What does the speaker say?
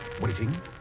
Waiting